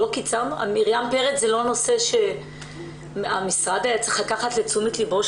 מרים פרץ זה לא הנושא שהמשרד היה צריך לקחת לתשומת ליבו?